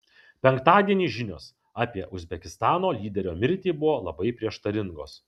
penktadienį žinios apie uzbekistano lyderio mirtį buvo labai prieštaringos